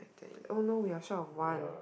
eight nine ten eleven oh no we are short of one